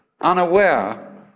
unaware